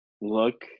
look